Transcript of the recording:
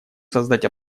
создать